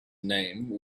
name